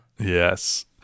Yes